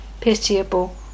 pitiable